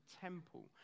temple